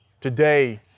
Today